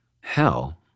Hell